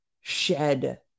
shed